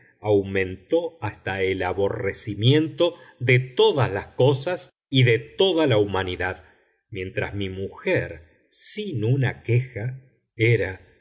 aumentó hasta el aborrecimiento de todas las cosas y de toda la humanidad mientras mi mujer sin una queja era